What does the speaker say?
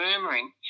murmuring